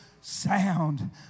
sound